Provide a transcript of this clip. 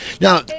Now